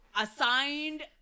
assigned